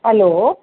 hello